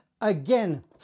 again